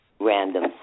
random